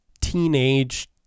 teenage